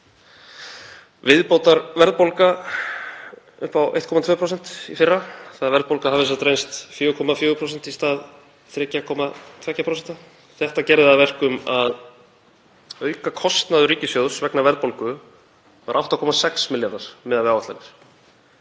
viðbótarverðbólga upp á 1,2% í fyrra, þ.e. að verðbólga hafi reynst 4,4% í stað 3,2%, gerði það að verkum að aukakostnaður ríkissjóðs vegna verðbólgu var 8,6 milljarðar miðað við áætlanir.